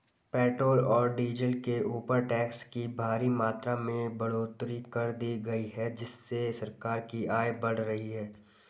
petrol और diesel के ऊपर टैक्स की भारी मात्रा में बढ़ोतरी कर दी गई है जिससे सरकार की आय बढ़ रही है